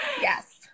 Yes